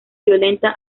violenta